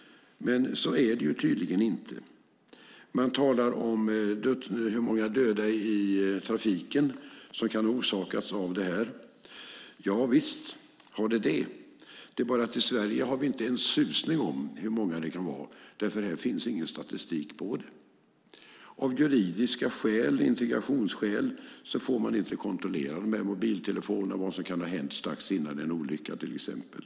Så är det dock tydligen inte. Man talar om hur många dödsfall i trafiken som kan ha orsakats av detta. Ja, visst har dödsfall orsakats - det är bara det att vi i Sverige inte har en susning om hur många det kan vara, för här finns ingen statistik på detta. Av juridiska skäl och integrationsskäl får man nämligen inte kontrollera med mobiltelefonen vad som kan ha hänt strax innan en olycka, till exempel.